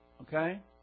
Okay